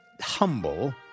humble